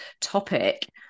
topic